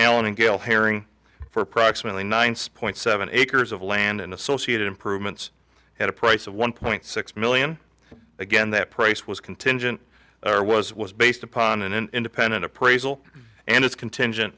allen and gale herring for approximately nine sport seven acres of land and associated improvements at a price of one point six million again that price was contingent or was was based upon an independent appraisal and it's contingent